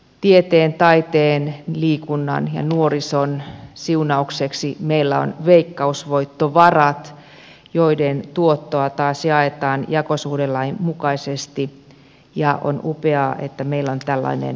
tieteen taiteen liikunnan ja nuorison siunaukseksi meillä on veikkausvoittovarat joiden tuottoa taas jaetaan jakosuhdelain mukaisesti ja on upeaa että meillä on tällainen mahdollisuus siihen